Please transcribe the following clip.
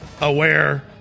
aware